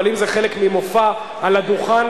אבל אם זה חלק ממופע על הדוכן,